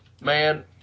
man